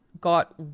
got